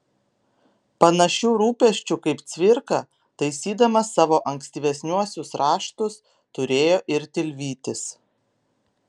panašių rūpesčių kaip cvirka taisydamas savo ankstyvesniuosius raštus turėjo ir tilvytis